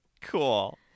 cool